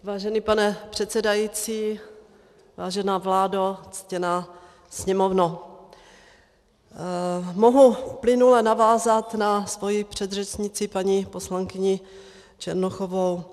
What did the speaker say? Vážený pane předsedající, vážená vládo, ctěná Sněmovno, mohu plynule navázat na svoji předřečnici, paní poslankyni Černochovou.